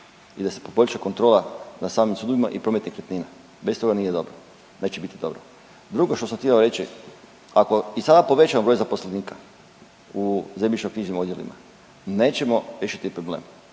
i da se poboljša kontrola na samim sudovima i promet nekretnina, bez toga nije dobro, neće biti dobro. Drugo što sam htio reći, ako i sada povećamo broj zaposlenika u zemljišno-knjižnim odjelima nećemo riješiti problem